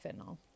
fentanyl